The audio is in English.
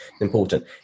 important